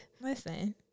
listen